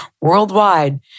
worldwide